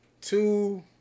two